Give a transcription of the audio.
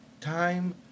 time